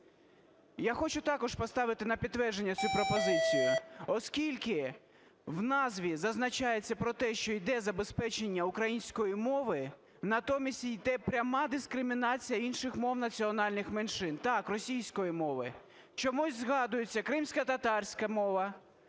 Я хочу також поставити на підтвердження цю пропозицію, оскільки в назві зазначається про те, що іде забезпечення української мови, натомість іде пряма дискримінація інших мов національних меншин, так, російської мови. Чомусь згадується кримськотатарська мова,